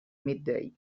midday